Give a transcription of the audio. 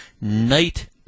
night